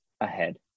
ahead